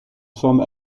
femme